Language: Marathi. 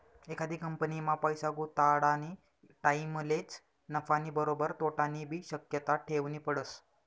एखादी कंपनीमा पैसा गुताडानी टाईमलेच नफानी बरोबर तोटानीबी शक्यता ठेवनी पडस